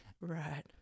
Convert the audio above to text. Right